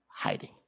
hiding